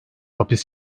hapis